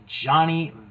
Johnny